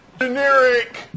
generic